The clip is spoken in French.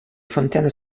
fontaine